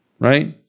Right